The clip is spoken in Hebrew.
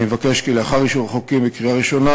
אני מבקש כי לאחר אישור החוקים בקריאה ראשונה,